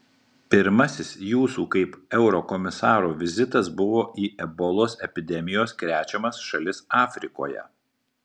pirmasis jūsų kaip eurokomisaro vizitas buvo į ebolos epidemijos krečiamas šalis afrikoje